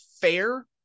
fair